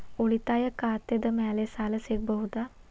ಉಳಿತಾಯ ಖಾತೆದ ಮ್ಯಾಲೆ ಸಾಲ ಸಿಗಬಹುದಾ?